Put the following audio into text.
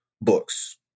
books